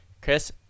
Chris